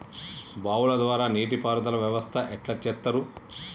బావుల ద్వారా నీటి పారుదల వ్యవస్థ ఎట్లా చేత్తరు?